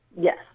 Yes